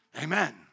Amen